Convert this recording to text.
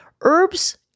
Herbs